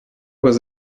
was